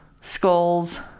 skulls